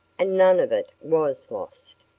and none of it was lost.